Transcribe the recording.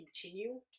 continue